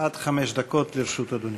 אדוני.